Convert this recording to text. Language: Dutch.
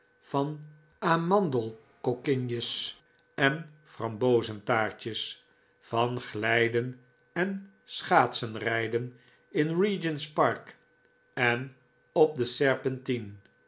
van amandelkokinjes en frambozentaartjes van glijden en schaatsenrijden in regent's park en op de serpentine